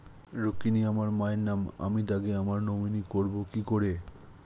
রুক্মিনী আমার মায়ের নাম আমি তাকে আমার নমিনি করবো কি করে?